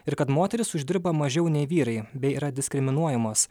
ir kad moterys uždirba mažiau nei vyrai bei yra diskriminuojamos